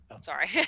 Sorry